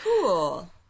Cool